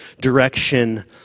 direction